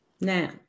Now